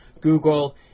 Google